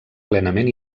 plenament